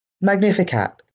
Magnificat